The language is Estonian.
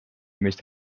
meist